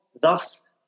Thus